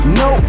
no